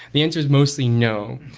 the answer is mostly no,